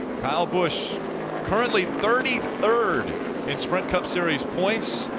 kyle busch currently thirty third in sprint cup series points,